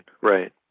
right